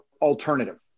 alternative